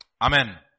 Amen